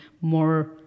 more